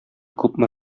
күпме